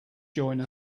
join